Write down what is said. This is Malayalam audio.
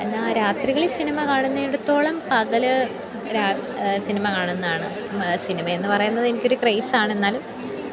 എന്നാൽ രാത്രികളിൽ സിനിമ കാണുന്നിടത്തോളം പകൽ സിനിമ കാണുന്നതാണ് സിനിമെ എന്ന് പറയുന്നത് എനിക്കൊരു ക്രൈസ് ആണ് എന്നാലും